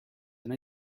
then